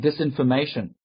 disinformation